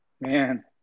Man